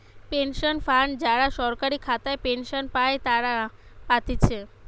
pension fund যারা সরকারি খাতায় পেনশন পাই তারা পাতিছে